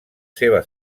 seva